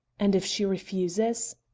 and if she refuses?